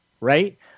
right